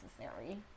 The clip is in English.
necessary